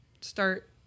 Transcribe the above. start